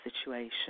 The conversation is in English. situation